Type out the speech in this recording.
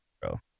bro